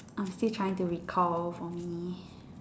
I'm still trying to recall for me